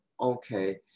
okay